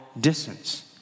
distance